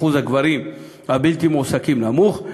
אחוז הגברים הבלתי-מועסקים נמוך,